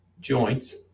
joints